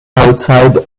outside